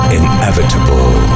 inevitable